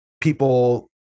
people